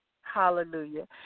Hallelujah